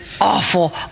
awful